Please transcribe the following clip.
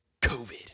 COVID